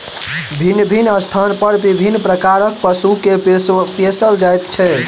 भिन्न भिन्न स्थान पर विभिन्न प्रकारक पशु के पोसल जाइत छै